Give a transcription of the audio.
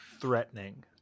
threatening